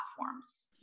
platforms